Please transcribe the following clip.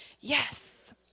Yes